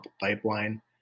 pipeline